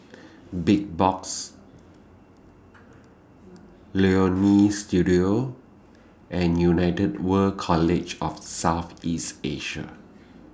Big Box Leonie Studio and United World College of South East Asia